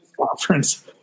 Conference